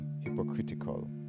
hypocritical